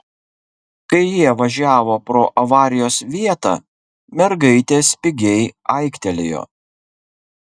kai jie važiavo pro avarijos vietą mergaitė spigiai aiktelėjo